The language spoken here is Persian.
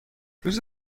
روز